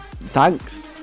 thanks